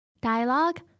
Dialogue